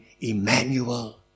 Emmanuel